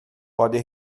pode